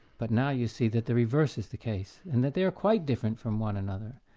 but now you see that the reverse is the case, and that they are quite different from one another.